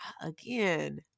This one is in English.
again